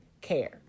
care